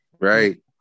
Right